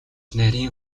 нарийн